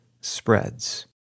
spreads